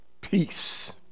Peace